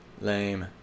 Lame